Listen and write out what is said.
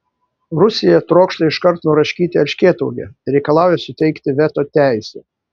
rusija trokšta iškart nuraškyti erškėtuogę reikalauja suteikti veto teisę